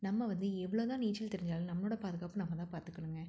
நம்ம வந்து எவ்வளோ தான் நீச்சல் தெரிஞ்சாலும் நம்மளோடய பாதுகாப்பு நம்ம தான் பார்த்துக்கணுங்க